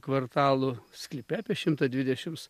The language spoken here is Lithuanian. kvartalų sklype apie šimtą dvidešims